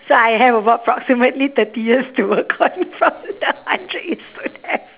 so I have about approximately thirty years to work on probably the hundred years don't have